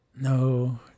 No